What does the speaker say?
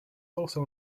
also